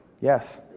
Yes